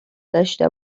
داشه